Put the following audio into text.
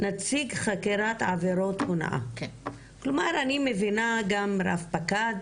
נציג חקירת עבירות הונאה, גם רב פקד